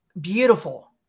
beautiful